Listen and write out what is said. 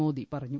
മോദി പറഞ്ഞു